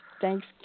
Thanks